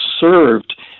served